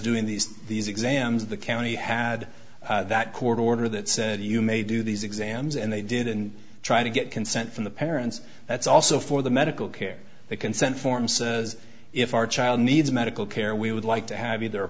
doing these these exams the county had that court order that said you may do these exams and they did and try to get consent from the parents that's also for the medical care the consent form says if our child needs medical care we would like to have either